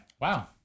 Wow